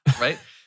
right